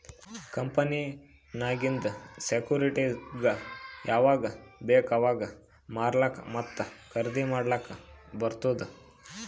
ಕಂಪನಿನಾಗಿಂದ್ ಸೆಕ್ಯೂರಿಟಿಸ್ಗ ಯಾವಾಗ್ ಬೇಕ್ ಅವಾಗ್ ಮಾರ್ಲಾಕ ಮತ್ತ ಖರ್ದಿ ಮಾಡ್ಲಕ್ ಬಾರ್ತುದ್